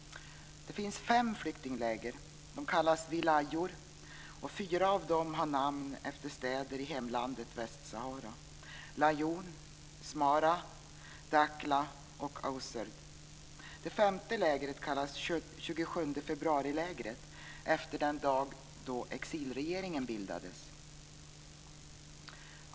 Det finns fem flyktingläger. De kallas wilayor. Fyra av dem har namn efter städer i hemlandet Västsahara: Layoun, Smara, Dakhla och Auserd. Det femte lägret kallas 27 februari-lägret, efter den dag då exilregeringen bildades.